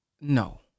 no